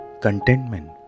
contentment